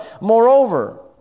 Moreover